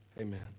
Amen